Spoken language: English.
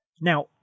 Now